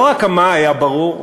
לא רק המה היה ברור,